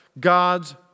God's